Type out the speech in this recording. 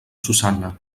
susanna